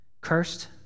Cursed